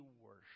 worship